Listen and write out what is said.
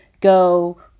go